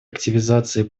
активизации